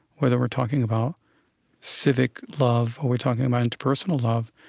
whether we're talking about civic love or we're talking about interpersonal love,